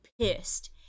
pissed